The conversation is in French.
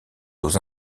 aux